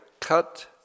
cut